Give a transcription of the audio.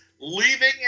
leaving